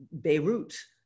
Beirut